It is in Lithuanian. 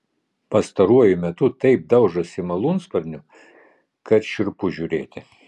pastaruoju metu taip daužosi malūnsparniu kad šiurpu žiūrėti